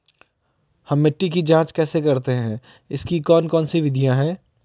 हम मिट्टी की जांच कैसे करते हैं इसकी कौन कौन सी विधियाँ है?